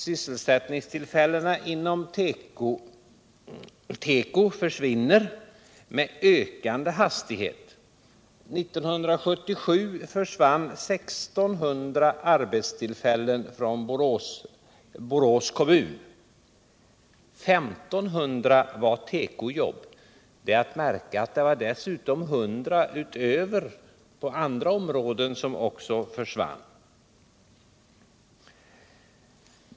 Sysselsättningstillfällena inom teko försvinner med ökande hastighet. År 1977 försvann 1 600 arbetstillfällen från Borås kommun. 1 500 var tekojobb. Det är att märka att det var 100 på andra områden som också försvann.